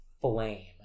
flame